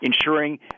ensuring